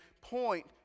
point